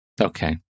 Okay